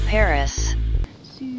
Paris